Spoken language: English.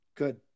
Good